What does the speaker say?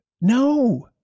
No